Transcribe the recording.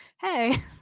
hey